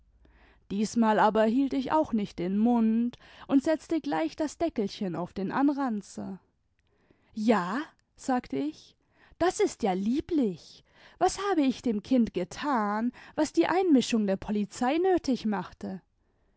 diesmal aber hielt ich auch nicht den mund und setzte gleich das deckelchen auf den anranzer ja sagte ich das ist ja lieblich was habe ich dem kind getan was die einmischung der polizei nötig machte